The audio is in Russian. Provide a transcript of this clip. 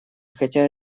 хотя